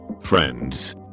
friends